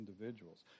individuals